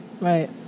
Right